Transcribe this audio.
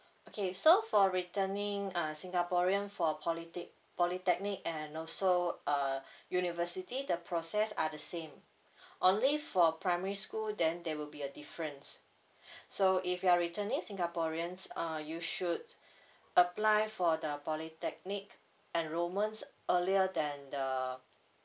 okay so for returning ah singaporean for politech~ polytechnic and also uh university the process are the same only for primary school then there will be a difference so if you are returning singaporeans uh you should apply for the polytechnic enrollments earlier than the